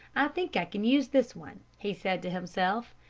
i think i can use this one, he said to himself.